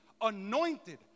anointed